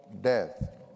death